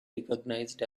recognised